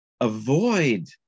avoid